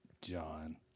John